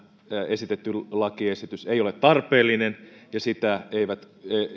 esitetty lakiesitys ei ole tarpeellinen ja sitä